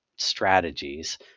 Strategies